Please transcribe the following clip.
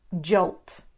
jolt